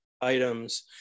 items